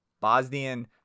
bosnian